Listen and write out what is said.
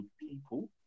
people